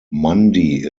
mundy